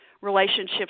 relationships